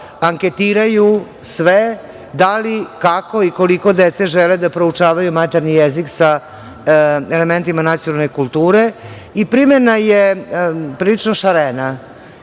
anketiraju sve da li, kako i koliko dece žele da proučavaju maternji jezik sa elementima nacionalne kulture i primena je prilično šarena. Imate